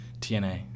TNA